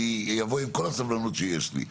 אני אבוא עם כל הסבלנות שיש לי,